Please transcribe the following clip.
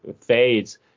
fades